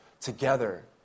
together